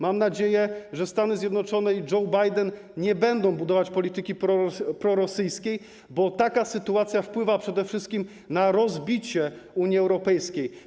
Mam nadzieję, że Stany Zjednoczone i Joe Biden nie będą budować polityki prorosyjskiej, bo taka sytuacja wpływa przede wszystkim na rozbicie Unii Europejskiej.